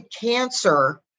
cancer